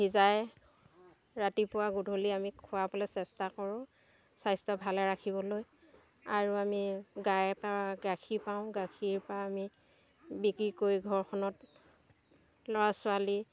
সিজাই ৰাতিপুৱা গধূলি আমি খুৱাবলে চেষ্টা কৰোঁ স্বাস্থ্য ভালে ৰাখিবলৈ আৰু আমি গাই পা গাখীৰ পাওঁ গাখীৰ পা আমি বিকি কৰি ঘৰখনত ল'ৰা ছোৱালী